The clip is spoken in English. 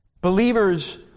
Believers